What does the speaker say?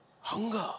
Hunger